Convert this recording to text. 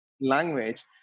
language